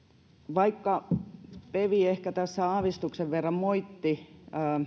vaikka pev ehkä tässä aavistuksen verran moitti